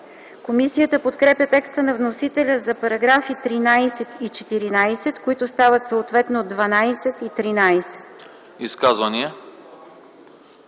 Комисията подкрепя текста на вносителя за параграфи 13 и 14, които стават съответно